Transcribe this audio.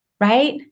right